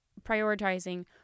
prioritizing